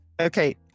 Okay